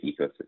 ecosystem